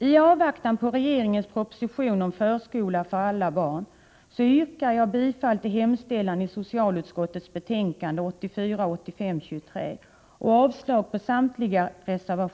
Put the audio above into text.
I avvaktan på regeringens proposition om förskola för alla barn yrkar jag bifall till hemställan i socialutskottets betänkande 1984/85:23 och avslag på Herr talman!